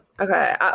okay